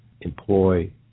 employ